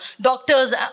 doctors